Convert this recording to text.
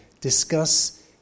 discuss